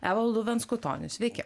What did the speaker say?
evaldu venskutoniu sveiki